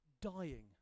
dying